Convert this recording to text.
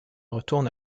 retourne